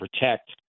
protect